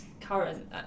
current